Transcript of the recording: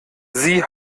sie